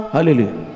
Hallelujah